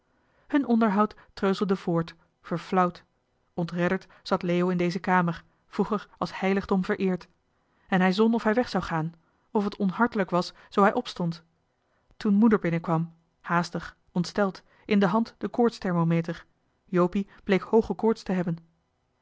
hun onderhoud treuzelde voort verflauwd ontredderd zat leo in deze kamer vroeger als heiligdom johan de meester de zonde in het deftige dorp vereerd en hij zon of hij weg zou gaan of het onhartelijk was zoo hij opstond toen moeder binnen kwam haastig ontsteld in de hand den koortsthermometer jopie bleek hooge koorts te hebben